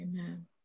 Amen